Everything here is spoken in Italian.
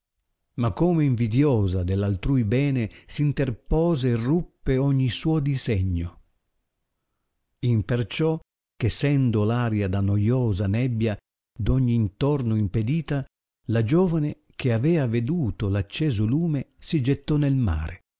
ma come invidiosa dell altrui bene s interpose e ruppe ogni suo disegno imperciò che essendo aria da noiosa nebbia d ogn intorno impedita la giovane che avea veduto acceso lume si gettò nel mare